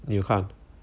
你有看